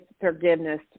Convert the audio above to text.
forgiveness